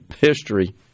history